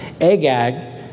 Agag